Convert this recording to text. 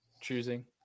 choosing